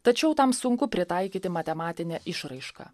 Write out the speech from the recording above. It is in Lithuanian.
tačiau tam sunku pritaikyti matematinę išraišką